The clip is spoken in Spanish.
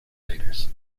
aires